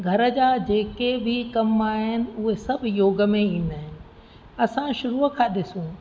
घर जा जेके बि कमु आहिनि उहे सभु योग में ईंदा आहिनि असां शुरूअ खां ॾिसूं